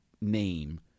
name